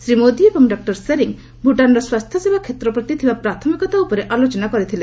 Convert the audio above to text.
ଶ୍ରୀ ମୋଦି ଏବଂ ଡକ୍ଟର ଶେରିଂ ଭୁଟାନ୍ର ସ୍ୱାସ୍ଥ୍ୟସେବା କ୍ଷେତ୍ର ପ୍ରତି ଥିବା ପ୍ରାଥମିକତା ଉପରେ ଆଲୋଚନା କରିଥିଲେ